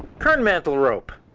kernmantle rope.